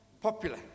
popular